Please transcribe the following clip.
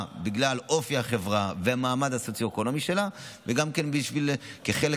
בגלל אופי החברה והמעמד הסוציו-אקונומי שלה וגם כחלק